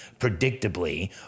predictably